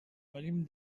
venim